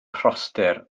rhostir